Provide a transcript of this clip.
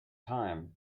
time